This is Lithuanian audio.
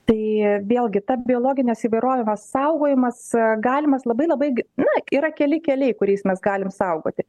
tai vėlgi ta biologinės įvairovės saugojimas galimas labai labai g na yra keli keliai kuriais mes galim saugoti